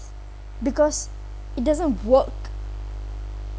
because it doesn't work